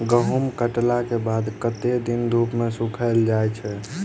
गहूम कटला केँ बाद कत्ते दिन धूप मे सूखैल जाय छै?